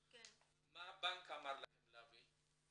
מה הבנק אמר לכם להביא,